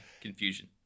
confusion